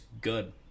good